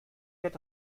wird